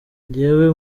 njyewe